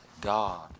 God